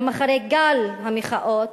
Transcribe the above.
גם אחרי גל המחאות,